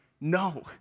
No